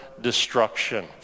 destruction